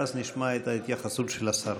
ואז נשמע את ההתייחסות של השר.